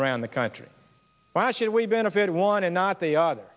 around the country by should we benefit one and not the o